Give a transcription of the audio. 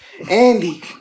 Andy